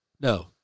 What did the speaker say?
No